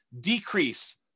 decrease